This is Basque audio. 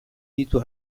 ditu